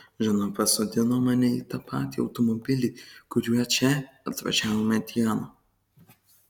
žana pasodino mane į tą patį automobilį kuriuo čia atvažiavome dieną